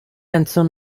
entzun